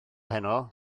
heno